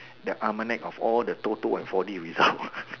the of all the ToTo and four D result